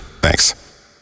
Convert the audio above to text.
Thanks